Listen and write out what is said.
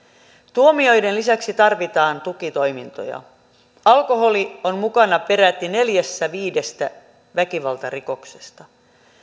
tuomioiden lisäksi tarvitaan tukitoimintoja alkoholi on mukana peräti neljässä viidestä väkivaltarikoksesta